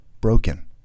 broken